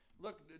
look